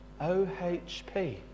OHP